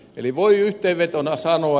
eli voi yhteenvetona sanoa